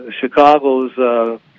Chicago's